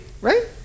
right